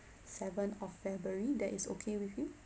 seven of february that is okay with you